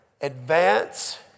advance